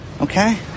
Okay